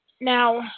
Now